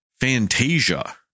Fantasia